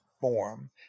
form